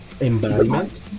embodiment